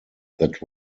that